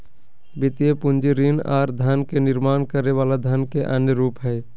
वित्तीय पूंजी ऋण आर धन के निर्माण करे वला धन के अन्य रूप हय